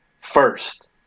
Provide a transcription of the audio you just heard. first